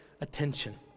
attention